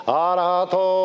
arato